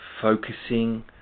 focusing